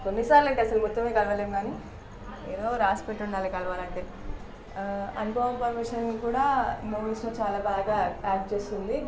కొన్నిసార్లు ఏంటి అసలు మొత్తమే కలవలేం కానీ ఏదో రాసిపెట్టి ఉండాలి కలవాలి అంటే అనుపమ పరమేశ్వరన్ కూడా బహుశా చాలా బాగా యాక్ట్ చేస్తుంది